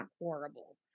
horrible